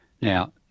Now